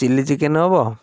chilli chicken ହେବ